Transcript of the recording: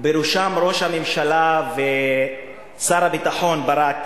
ובראשם ראש הממשלה ושר הביטחון ברק,